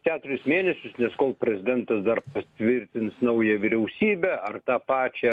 keturis mėnesius nes kol prezidentas dar patvirtins naują vyriausybę ar tą pačią